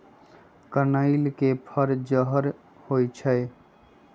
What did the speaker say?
कनइल के फर जहर होइ छइ